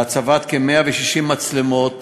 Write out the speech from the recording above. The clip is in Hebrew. להצבת כ-160 מצלמות